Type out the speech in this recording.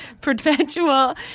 Perpetual